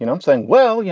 and i'm saying, well, yeah